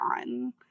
on